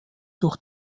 durch